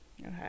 Okay